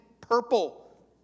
purple